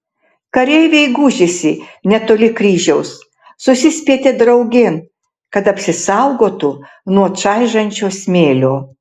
kareiviai gūžėsi netoli kryžiaus susispietė draugėn kad apsisaugotų nuo čaižančio smėlio